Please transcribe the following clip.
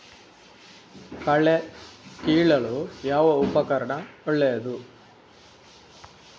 ಕಳೆ ಕೀಳಲು ಯಾವ ಉಪಕರಣ ಒಳ್ಳೆಯದು?